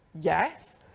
Yes